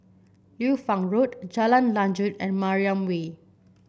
Liu Fang Road Jalan Lanjut and Mariam Way